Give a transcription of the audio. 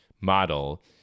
model